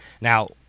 Now